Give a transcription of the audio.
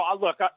look